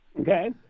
Okay